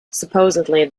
supposedly